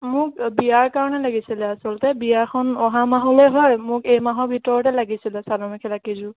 মোক বিয়াৰ কাৰণে লাগিছিলে আচলতে বিয়াখন অহা মাহলৈ হয় মোক এই মাহৰ ভিতৰতে লাগিছিলে চাদৰ মেখেলা কেইযোৰ